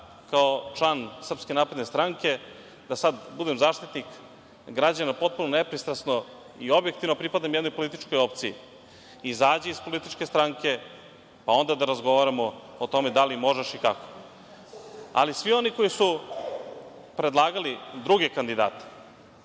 kao član SNS da sad budem Zaštitnik građana potpuno nepristrasno i objektivno, a pripadam jednoj političkoj opciji. Izađi iz političke stranke, pa onda da razgovaramo o tome da li možeš i kako. Ali, svi oni koji su predlagali druge kandidate